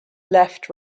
left